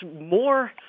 more